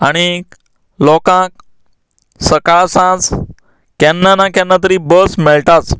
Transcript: आनीक लोकांक सकाळ सांज केन्ना ना केन्ना तरी बस मेळटाच